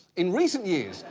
in recent years,